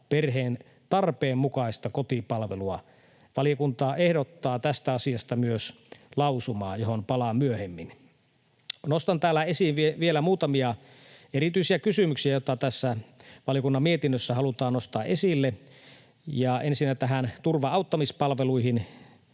perheen tarpeen mukaista kotipalvelua. Valiokunta ehdottaa tästä asiasta myös lausumaa, johon palaan myöhemmin. Nostan täällä esiin vielä muutamia erityisiä kysymyksiä, joita tässä valiokunnan mietinnössä halutaan nostaa esille: Ensinnä turva-auttamispalveluihin: